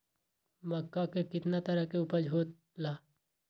मक्का के कितना तरह के उपज हो ला?